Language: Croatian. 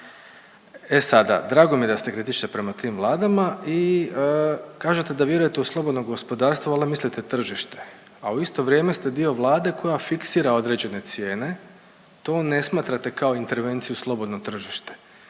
E sada, drago mi je da ste kritični prema tim vladama i kažete da vjerujete u slobodno gospodarstvo, valjda mislite tržište a u isto vrijeme ste dio Vlade koja fiksira određene cijene. To ne smatrate kao intervenciju slobodno tržište.